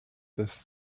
this